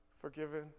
forgiven